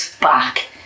back